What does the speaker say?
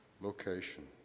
location